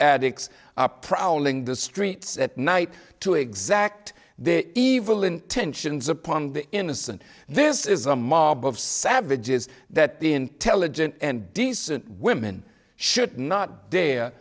addicts prowling the streets at night to exact their evil intentions upon the innocent this is a mob of savages that the intelligent and decent women should not the